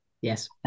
Yes